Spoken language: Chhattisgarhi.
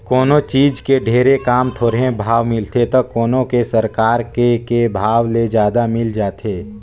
कोनों चीज के ढेरे काम, थोरहें भाव मिलथे त कोनो के सरकार के के भाव ले जादा मिल जाथे